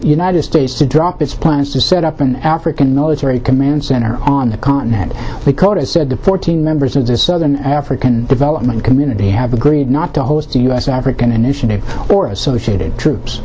united states to drop its plans to set up an african military command center on the continent the court has said fourteen members of the southern african development community have agreed not to host u s african initiative or associated troops